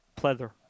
pleather